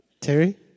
Terry